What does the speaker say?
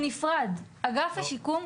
אגף השיקום נפרד.